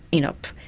you know,